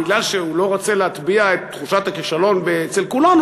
כי הוא לא רוצה להטביע את תחושת הכישלון אצל כולנו,